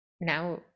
Now